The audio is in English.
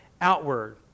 outward